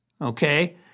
okay